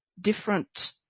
different